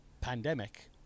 pandemic